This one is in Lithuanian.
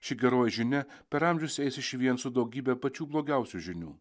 ši geroji žinia per amžius eis išvien su daugybe pačių blogiausių žinių